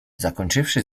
zakończywszy